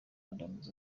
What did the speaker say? adams